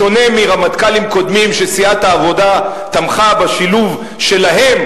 בשונה מרמטכ"לים קודמים שסיעת העבודה תמכה בשילוב שלהם,